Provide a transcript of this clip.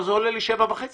אבל זה עולה לי 7.5 מיליון.